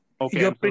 Okay